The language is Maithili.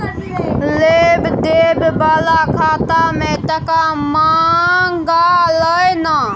लेब देब बला खाता मे टका मँगा लय ना